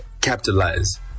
Capitalize